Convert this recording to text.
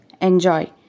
Enjoy